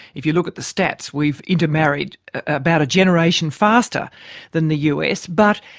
if you look at the stats, we've intermarried about a generation faster than the us. but,